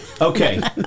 Okay